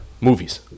movies